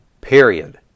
Period